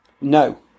No